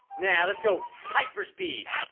now let's go hyper speed